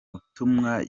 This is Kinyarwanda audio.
butumwa